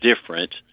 different